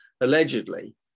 Allegedly